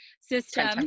system